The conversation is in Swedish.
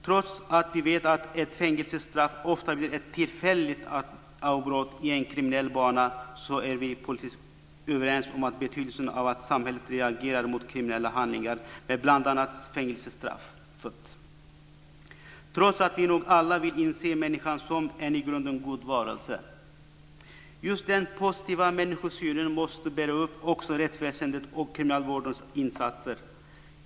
Trots att vi vet att ett fängelsestraff ofta blir ett tillfälligt avbrott i en kriminell bana är vi politiskt överens om betydelsen av att samhället reagerar mot kriminella handlingar med bl.a. fängelsestraffet, trots att vi nog alla vill se människan som en i grunden god varelse. Just den positiva människosynen måste bära upp också rättsväsendet och kriminalvårdens insatser.